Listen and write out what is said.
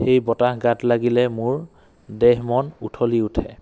সেই বতাহ গাত লাগিলে মোৰ দেহ মন উঠলি উঠে